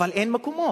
אבל אין מקומות: